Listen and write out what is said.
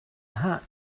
hat